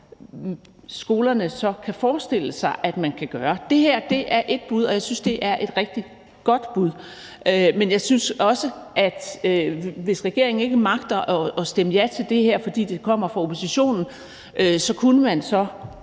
skolerne så kan forestille sig man kan gøre. Det her er et bud, og jeg synes, det er et rigtig godt bud. Men jeg synes også, at hvis regeringen ikke magter at stemme ja til det her, fordi det kommer fra oppositionen, så kunne man i